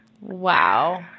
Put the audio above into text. wow